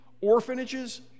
orphanages